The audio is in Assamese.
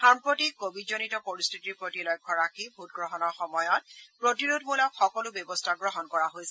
সাম্প্ৰতিক কোৱিডজনিত পৰিস্থিতিৰ প্ৰতি লক্ষ্য ৰাখি ভোটগ্ৰহণৰ সময়ত প্ৰতিৰোধমূলক সকলো ব্যৱস্থা গ্ৰহণ কৰা হৈছে